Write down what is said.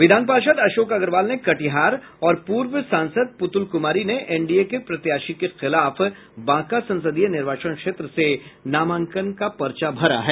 विधान पार्षद अशोक अग्रवाल ने कटिहार और पूर्व सांसद प्रतुल कुमारी ने एनडीए के प्रत्याशी के खिलाफ बांका संसदीय निर्वाचन क्षेत्र से नामांकन पर्चा भरा है